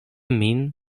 min